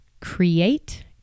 create